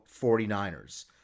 49ers